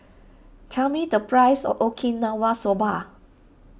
tell me the price of Okinawa Soba